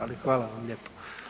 Ali hvala vam lijepo.